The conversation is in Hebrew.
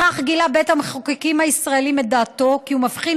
בכך גילה בית המחוקקים הישראלי את דעתו כי הוא מבחין